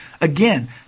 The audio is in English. Again